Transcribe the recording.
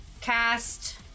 cast